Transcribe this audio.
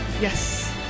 Yes